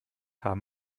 haben